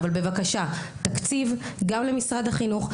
אבל בבקשה, תקציב גם למשרד החינוך.